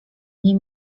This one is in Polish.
nie